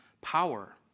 power